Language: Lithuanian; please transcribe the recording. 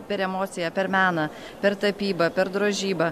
per emociją per meną per tapybą per drožybą